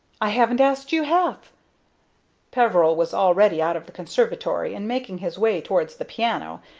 i haven't asked you half peveril was already out of the conservatory and making his way towards the piano,